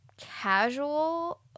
casual